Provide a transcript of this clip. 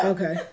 Okay